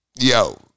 yo